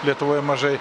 lietuvoje mažai